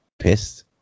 pissed